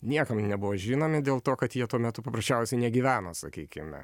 niekam nebuvo žinomi dėl to kad jie tuo metu paprasčiausiai negyveno sakykime